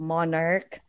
Monarch